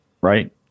right